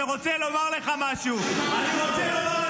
--- אני רוצה לומר לך משהו, שלמה.